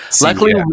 luckily